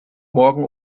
morgen